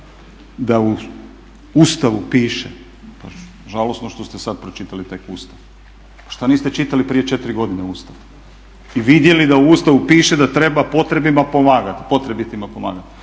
da u Ustavu piše, pa žalosno što ste sad pročitali tek Ustav, što niste čitali prije 4 godine Ustav? I vidjeli da u Ustavu piše da treba potrebnima pomagati. Vi ste